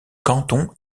canton